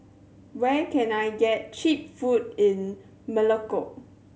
where can I get cheap food in Melekeok